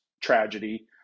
tragedy